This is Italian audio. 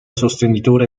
sostenitore